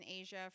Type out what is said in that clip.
Asia